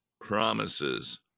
promises